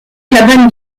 cabane